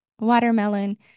watermelon